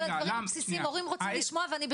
יותר מ-50 איש מחכים בחוץ.